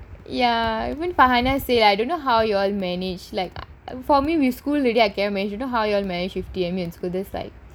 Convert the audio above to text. ya even fahanah I don't know how you all manage for me with school I don't know how you all managed with school like